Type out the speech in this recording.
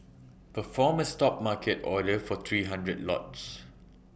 perform A stop market order for three hundred lots